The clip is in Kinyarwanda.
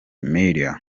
media